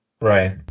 right